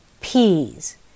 peas